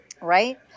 Right